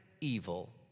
evil